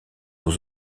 aux